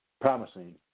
promising